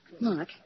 Mark